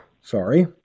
Sorry